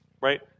right